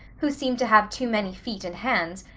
who seemed to have too many feet and hands,